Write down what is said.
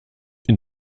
une